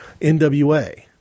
NWA